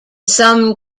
some